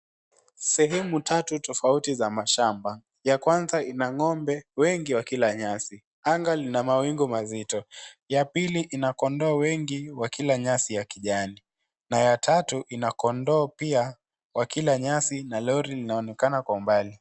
Sehemu tatu tofauti za mashamba. Ya kwanza ina ng'ombe wengi wakila nyasi. Anga lina mawingu mazito. Ya pili ina kondoo wengi wakila nyasi ya kijani na ya tatu ina kondoo pia wakila nyasi na lori linaonekana kwa umbali.